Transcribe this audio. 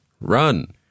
run